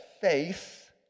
face